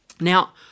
Now